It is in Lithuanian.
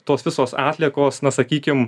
tos visos atliekos na sakykim